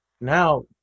now